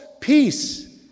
peace